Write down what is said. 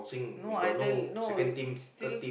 no I tell no you still